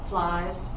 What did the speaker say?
Flies